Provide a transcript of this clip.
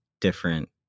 different